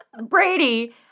Brady